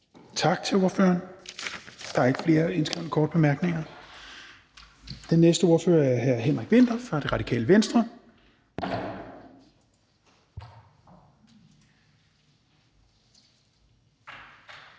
Tak til ordføreren. Der er ikke flere indskrevet for en kort bemærkning. Den næste ordfører er hr. Henrik Vinther fra Det Radikale Venstre.